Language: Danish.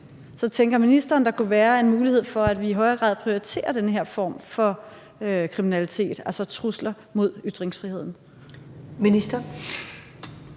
Så tænker ministeren, der kunne være en mulighed for i højere grad at prioritere den her form for kriminalitet, altså trusler mod ytringsfriheden?